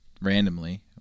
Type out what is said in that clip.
randomly